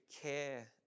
care